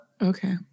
okay